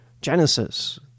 Genesis